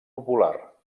popular